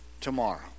tomorrow